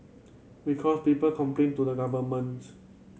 because people complain to the governments